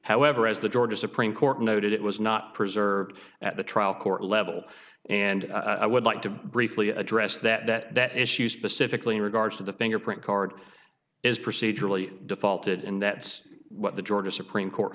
however as the georgia supreme court noted it was not preserved at the trial court level and i would like to briefly address that issue specifically in regards to the fingerprint card is procedurally defaulted in that's what the georgia supreme court